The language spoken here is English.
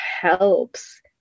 helps